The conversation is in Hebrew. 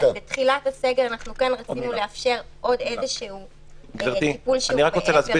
בתחילת הסגר רצינו לאפשר עוד טיפול שהוא מעבר,